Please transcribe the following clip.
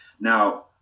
Now